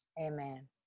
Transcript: amen